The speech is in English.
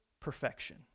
perfection